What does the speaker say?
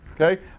okay